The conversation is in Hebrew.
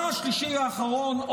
והדבר השלישי והאחרון,